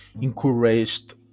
encouraged